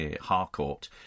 Harcourt